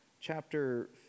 chapter